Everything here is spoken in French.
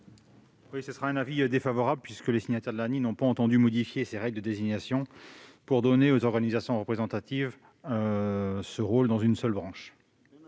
Quel est l'avis de la commission ? Les signataires de l'ANI n'ont pas entendu modifier les règles de désignation pour donner aux organisations représentatives un rôle dans une seule branche.